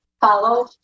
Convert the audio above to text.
follow